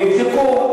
קדנציה אחת, ויבדקו.